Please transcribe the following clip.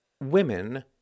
women